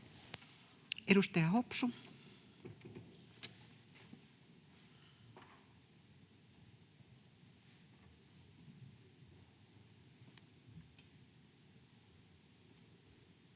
Edustaja Hopsu. Arvoisa